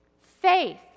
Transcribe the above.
faith